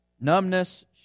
numbness